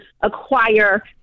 acquire